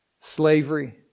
Slavery